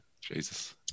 Jesus